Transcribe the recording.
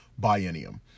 biennium